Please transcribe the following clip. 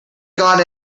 got